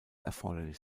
erforderlich